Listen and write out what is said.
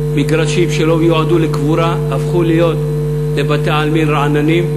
מגרשים שלא יועדו לקבורה הפכו להיות לבתי-עלמין רעננים,